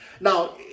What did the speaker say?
Now